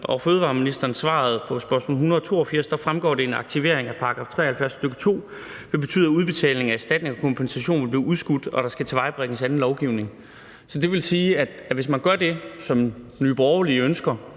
og fødevareministeren. I svaret på spørgsmål 182 fremgår det, at en aktivering af § 73, stk. 2, vil betyde, at udbetaling af erstatning og kompensation vil blive udskudt, og at der skal tilvejebringes anden lovgivning. Så det vil sige, at hvis man gør det, som Nye Borgerlige